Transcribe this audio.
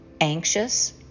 anxious